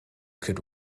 could